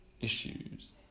issues